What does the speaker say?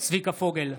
צביקה פוגל,